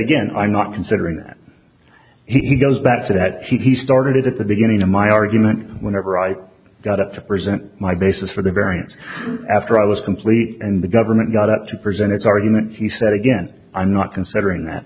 again i'm not considering that he goes back to that he started at the beginning of my argument whenever i got up to present my basis for the variance after i was complete and the government got up to present its argument he said again i'm not considering that